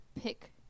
pick